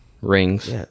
rings